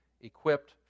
equipped